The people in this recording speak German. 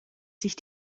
sich